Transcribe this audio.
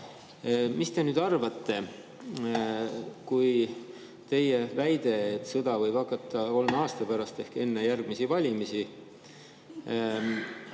Mis te arvate, kui teie väide, et sõda võib hakata kolme aasta pärast ehk enne järgmisi valimisi,